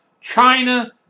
China